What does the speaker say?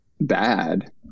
bad